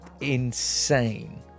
insane